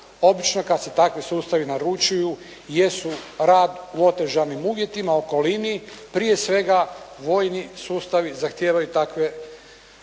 obično kada se takvim sustavima uručuju, jesu rad u otežanim uvijenima u okolini, prije svega vojni sustavi zahtijevaju takve